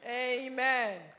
Amen